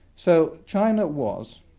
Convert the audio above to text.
so china was,